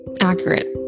accurate